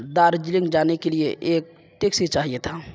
دارجلنگ جانے کے لیے ایک ٹیکسی چاہیے تھا